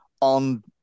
on